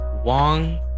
Wong